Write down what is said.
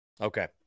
okay